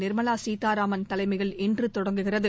நிர்மலா சீதாராமன் தலைமையில்இன்று தொடங்குகிறது